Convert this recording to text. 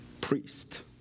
priest